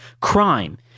crime